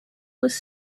was